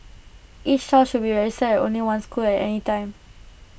each child should be registered at only one school at any time